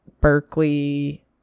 Berkeley